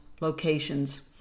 locations